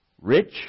rich